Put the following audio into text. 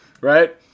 right